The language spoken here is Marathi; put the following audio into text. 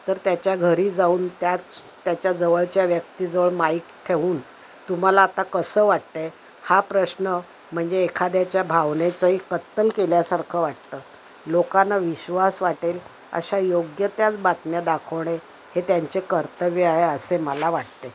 तर त्याच्या घरी जाऊन त्याच त्याच्या जवळच्या व्यक्तीजवळ माईक ठेवून तुम्हाला आता कसं वाटत आहे हा प्रश्न म्हणजे एखाद्याच्या भावनेचंही कत्तल केल्यासारखं वाटतं लोकांना विश्वास वाटेल अशा योग्य त्याच बातम्या दाखवणे हे त्यांचे कर्तव्य आहे असे मला वाटते